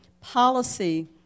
policy